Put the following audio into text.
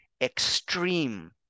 extreme